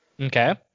Okay